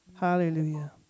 Hallelujah